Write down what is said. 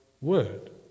word